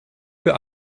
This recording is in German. für